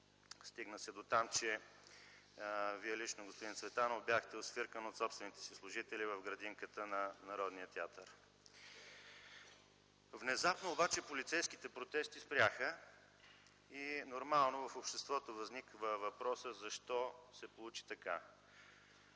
стигна се дотам, че Вие лично, господин Цветанов, бяхте освиркан от собствените си служители в градинката на Народния театър. Внезапно обаче полицейските протести спряха и нормално в обществото възниква въпросът защо се получи така?